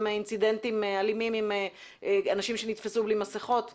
אינסידנטים אלימים עם אנשים שנתפסו בלי מסכות.